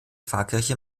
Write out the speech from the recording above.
pfarrkirche